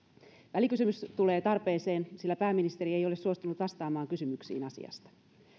välikysymys tulee tarpeeseen sillä pääministeri ei ole suostunut vastaamaan kysymyksiin asiasta